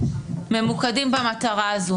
ממוקדים במטרה הזו.